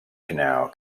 canal